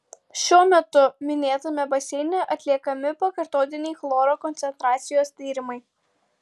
šiuo metu minėtame baseine atliekami pakartotiniai chloro koncentracijos tyrimai